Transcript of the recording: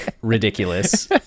ridiculous